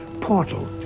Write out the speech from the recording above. portal